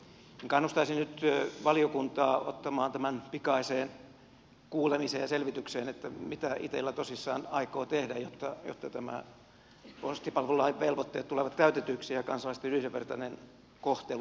kannustaisin nyt valiokuntaa ottamaan tämän pikaiseen kuulemiseen ja selvitykseen mitä itella tosissaan aikoo tehdä jotta tämän postipalvelulain velvoitteet tulevat täytetyiksi ja kansalaisten yhdenvertainen kohtelu toteutuu